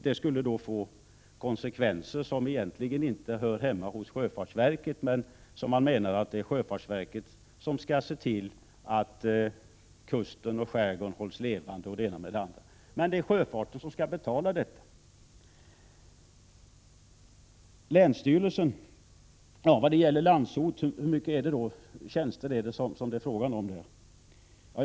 Det skulle få konsekvenser som egentligen inte hör hemma hos sjöfartsverket. Man menar att sjöfartsverket skall se till att kusten och skärgården hålls levande och det ena med det andra, men det är sjöfarten som får betala detta. Hur många tjänster är det fråga om på Landsort?